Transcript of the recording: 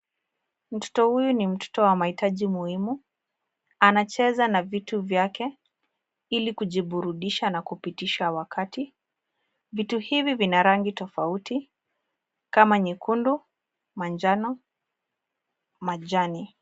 Mtoto huyu ni mtoto wa mahitaji muhimu. Anacheza na vitu vyake ili kujiburudisha na kupitisha wakati. Vitu hivi vina rangi tofauti kama nyekundu, manjano, majani.